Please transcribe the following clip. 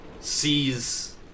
sees